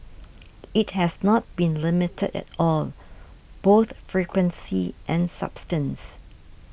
it has not been limited at all both frequency and substance